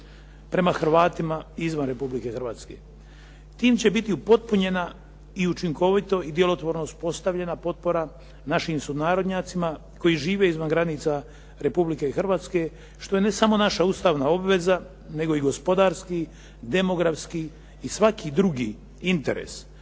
prema Hrvatima izvan Republike Hrvatske. Tim će biti upotpunjena i učinkovito i djelotvorno uspostavljena potpora našim sunarodnjacima koji žive izvan granica Republike Hrvatske što je ne samo naša ustavna obveza, nego i gospodarski, demografski i svaki drugi interes,